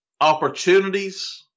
Opportunities